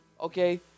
Okay